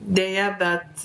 deja bet